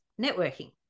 networking